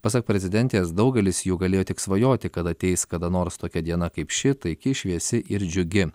pasak prezidentės daugelis jų galėjo tik svajoti kad ateis kada nors tokia diena kaip ši taiki šviesi ir džiugi